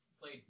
played